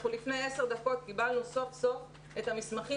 אנחנו לפני עשר דקות קיבלנו סוף סוף את המסמכים